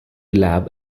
lab